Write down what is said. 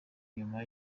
nyuma